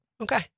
Okay